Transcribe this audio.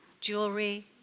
Jewelry